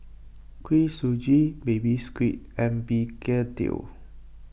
Kuih Suji Baby Squid and Begedil